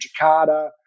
Jakarta